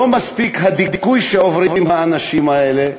לא מספיק הדיכוי שעוברים האנשים האלה,